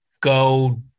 go